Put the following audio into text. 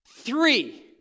three